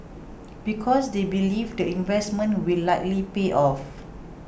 because they believe the investment will likely pay off